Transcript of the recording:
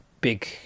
big